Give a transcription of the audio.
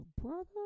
brother